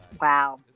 wow